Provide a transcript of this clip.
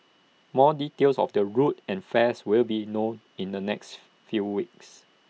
more details of the route and fares will be known in the next few weeks